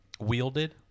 wielded